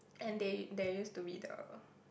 and they they used to be the